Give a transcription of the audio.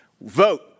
Vote